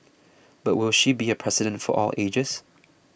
but will she be a president for all ages